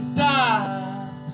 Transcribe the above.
die